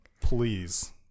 Please